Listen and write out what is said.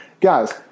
guys